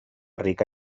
rica